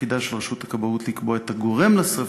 תפקידה של רשות הכבאות לקבוע את הגורם לשרפה,